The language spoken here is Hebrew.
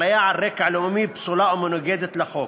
אפליה על רקע לאומי פסולה ומנוגדת לחוק.